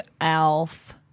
ALF